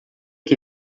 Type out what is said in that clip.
que